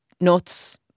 nuts